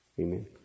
Amen